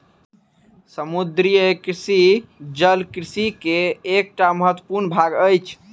समुद्रीय कृषि जल कृषि के एकटा महत्वपूर्ण भाग अछि